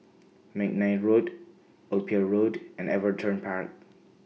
Mcnair Road Old Pier Road and Everton Park